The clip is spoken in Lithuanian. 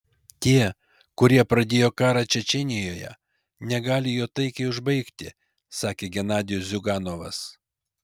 tie kurie pradėjo karą čečėnijoje negali jo taikiai užbaigti sakė genadijus ziuganovas